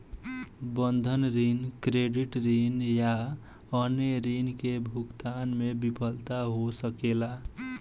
बंधक ऋण, क्रेडिट ऋण या अन्य ऋण के भुगतान में विफलता हो सकेला